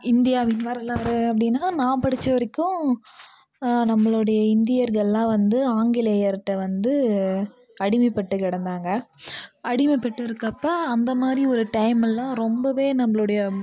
இந்தியாவின் வரலாறு அப்படின்னா நான் படித்த வரைக்கும் நம்மளுடைய இந்தியர்கள்லாம் வந்து ஆங்கிலேயர்கிட்ட வந்து அடிமைப்பட்டு கிடந்தாங்க அடிமைப்பட்டு இருக்கப்போ அந்தமாதிரி ஒரு டைம் எல்லாம் ரொம்பவே நம்மளுடைய